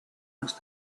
los